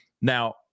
now